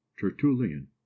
tertullian